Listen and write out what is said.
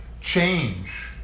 change